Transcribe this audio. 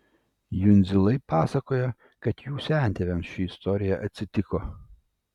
jundzilai pasakoja kad jų sentėviams ši istorija atsitiko